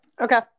Okay